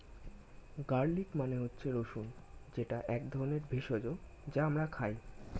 garlic মানে হচ্ছে রসুন যেটা এক ধরনের ভেষজ যা আমরা খাই